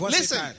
Listen